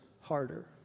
harder